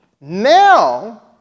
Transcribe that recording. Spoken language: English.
Now